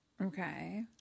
Okay